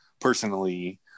personally